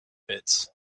pits